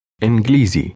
English